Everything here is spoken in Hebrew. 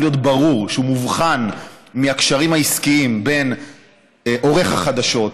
מובחן מהקשרים העסקיים בין עורך החדשות,